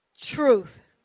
truth